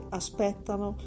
aspettano